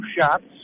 shots